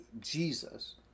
Jesus